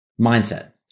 mindset